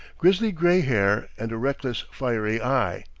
grisly-gray hair, and a restless, fiery eye.